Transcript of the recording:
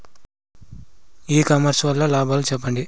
ఇ commerce వల్ల లాభాలు సెప్పండి?